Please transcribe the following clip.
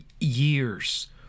years